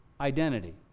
identity